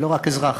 ולא רק אזרח,